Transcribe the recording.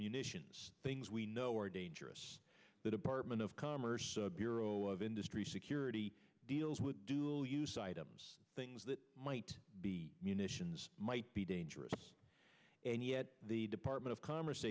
munitions things we know are dangerous the department of commerce bureau of industry security deals with dual use items things that might be munitions might be dangerous and yet the department of commerce